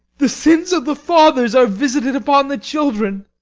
the sins of the fathers are visited upon the children.